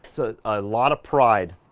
so a lot of pride